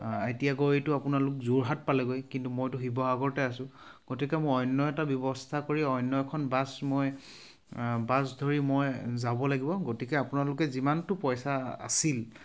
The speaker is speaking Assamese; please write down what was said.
এতিয়া গৈতো আপোনালোক যোৰহাট পালেগৈ কিন্তু মইতো শিৱসাগৰতে আছোঁ গতিকে মই অন্য এটা ব্যৱস্থা কৰি অন্য এখন বাছ মই বাছ ধৰি মই যাব লাগিব গতিকে আপোনালোকে যিমানটো পইচা আছিল